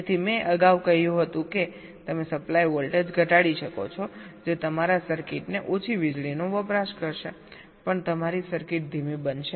તેથી મેં અગાઉ કહ્યું હતું કે તમે સપ્લાય વોલ્ટેજ ઘટાડી શકો છો જે તમારા સર્કિટને ઓછી વીજળીનો વપરાશ કરશે પણ તમારી સર્કિટ ધીમી બનશે